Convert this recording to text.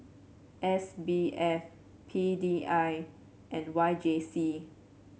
S B F P D I and Y J C